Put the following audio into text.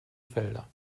felder